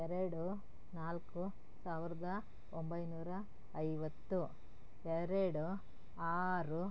ಎರಡು ನಾಲ್ಕು ಸಾವಿರದ ಒಂಬೈನೂರ ಐವತ್ತು ಎರಡು ಆರು